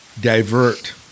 divert